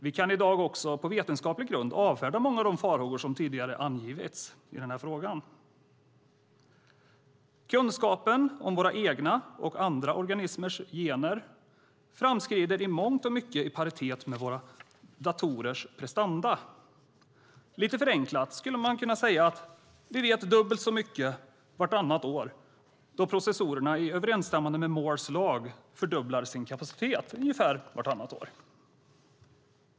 Vi kan i dag också på vetenskaplig grund avfärda många av de farhågor som tidigare angivits i den här frågan. Kunskapen om våra egna och andra organismers gener framskrider i mångt och mycket i paritet med våra datorers prestanda. Lite förenklat skulle man kunna säga att vi vet dubbelt så mycket vartannat år, eftersom processorerna i överensstämmelse med Moores lag fördubblar sin kapacitet ungefär vartannat år.